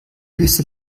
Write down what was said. höchste